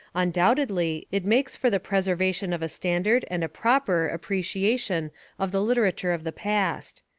undoubtedly it makes for the preser vation of a standard and a proper appreciation of the literature of the past.